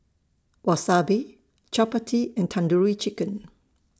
Wasabi Chapati and Tandoori Chicken